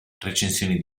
recensioni